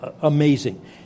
amazing